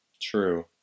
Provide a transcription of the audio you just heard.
True